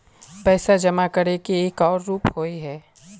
पैसा जमा करे के एक आर रूप होय है?